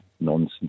nonsense